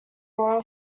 royal